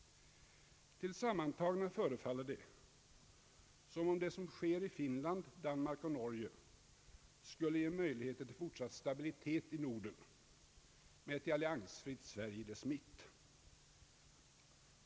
Tillsammantaget förefaller det, som om det som skedde i Finland, Danmark och Norge skulle ge möjlighet till fortsatt stabilitet i Norden med ett alliansfritt Sverige i dess mitt.